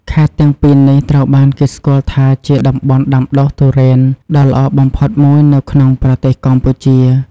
ខេត្តទាំងពីរនេះត្រូវបានគេស្គាល់ថាជាតំបន់ដាំដុះទុរេនដ៏ល្អបំផុតមួយនៅក្នុងប្រទេសកម្ពុជា។